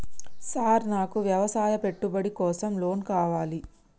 Sir నాకు వ్యవసాయ పెట్టుబడి కోసం లోన్ కావాలి?